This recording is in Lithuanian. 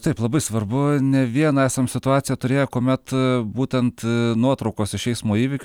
taip labai svarbu ne vieną esam situaciją turėję kuomet būtent nuotraukos iš eismo įvykio